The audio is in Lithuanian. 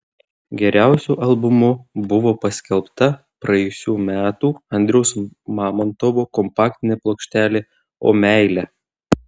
geriausiu albumu buvo paskelbta praėjusių metų andriaus mamontovo kompaktinė plokštelė o meile